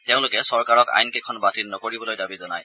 তেওঁলোকে চৰকাৰক আইন কেইখন বাতিল নকৰিবলৈ দাবী জনায়